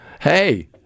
hey